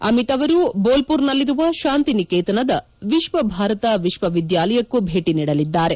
ಅಮಿತ್ ಅವರು ಬೊಲ್ಪುರ್ ನಲ್ಲಿರುವ ಶಾಂತಿನಿಕೇತನದ ವಿಶ್ವ ಭಾರತ ವಿಶ್ವವಿದ್ಯಾಲಯಕ್ಕೂ ಭೇಟಿ ನೀಡಲಿದ್ದಾರೆ